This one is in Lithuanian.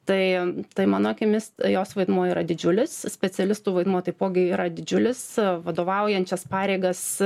tai tai mano akimis jos vaidmuo yra didžiulis specialistų vaidmuo taipogi yra didžiulis vadovaujančias pareigas